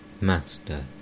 Master